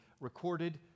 recorded